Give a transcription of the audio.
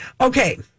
Okay